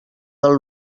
del